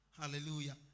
Hallelujah